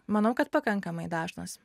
manau kad pakankamai dažnas